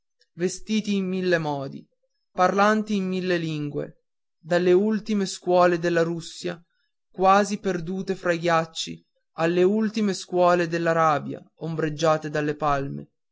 vestiti in mille modi parlanti in mille lingue dalle ultime scuole della russia quasi perdute fra i ghiacci alle ultime scuole dell'arabia ombreggiate dalle palme